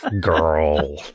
girl